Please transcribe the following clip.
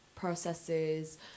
processes